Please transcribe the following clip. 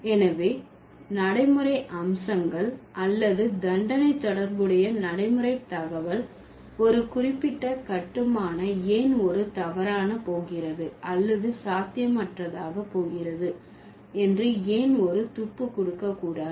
எனவே நடைமுறை அம்சங்கள் அல்லது தண்டனை தொடர்புடைய நடைமுறை தகவல் ஒரு குறிப்பிட்ட கட்டுமான ஏன் ஒரு தவறான போகிறது அல்லது சாத்தியமற்றதாக போகிறது என்று ஏன் ஒரு துப்பு கொடுக்ககூடாது